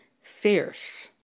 fierce